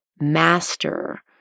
master